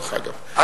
דרך אגב,